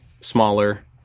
smaller